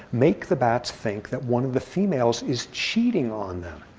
make the bats think that one of the females is cheating on them.